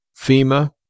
FEMA